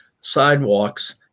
sidewalks